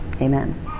Amen